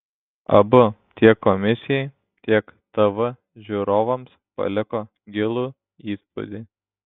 abu tiek komisijai tiek tv žiūrovams paliko gilų įspūdį